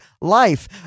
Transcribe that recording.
life